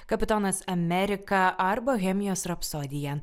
kapitonas amerika ar bohemijos rapsodija